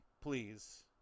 please